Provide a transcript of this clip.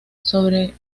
sobre